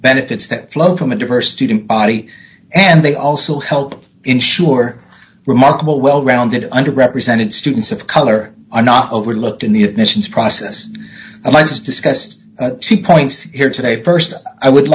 benefits that flow from a diverse student body and they also help ensure remarkable well rounded under represented students of color are not overlooked in the admissions process and i just discussed the points here today st i would